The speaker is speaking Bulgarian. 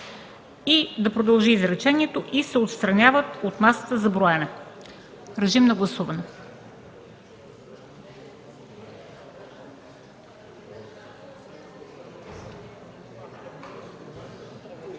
и да продължи изречението „и се отстраняват от масата за броене”. Гласуваме.